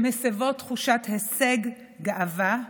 שמסבות תחושת הישג, גאווה,